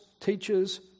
teachers